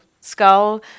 skull